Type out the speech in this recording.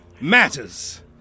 matters